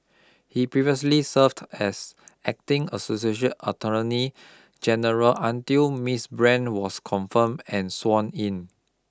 he previously served as acting associate attorney general until Miss Brand was confirmed and sworn in